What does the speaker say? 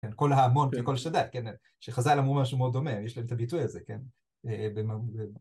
כן, קול המון כקול שדי, כן? שחזל אמרו משהו מאוד דומה, יש להם את הביטוי הזה, כן?